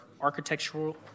architectural